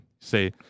Say